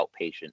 outpatient